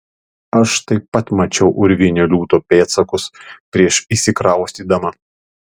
aš taip pat mačiau urvinio liūto pėdsakus prieš įsikraustydama